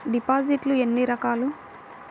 డిపాజిట్లు ఎన్ని రకాలు?